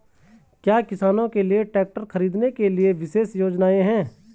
क्या किसानों के लिए ट्रैक्टर खरीदने के लिए विशेष योजनाएं हैं?